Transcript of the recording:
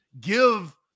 give